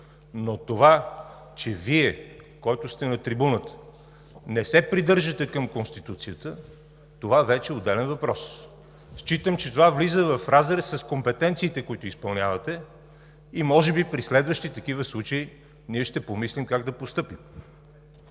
Но това, че Вие, който сте на трибуната, не се придържате към Конституцията, вече е отделен въпрос. Считам, че това влиза в разрез с компетенциите, които изпълнявате, и може би при следващи такива случаи ние ще помислим как да постъпим.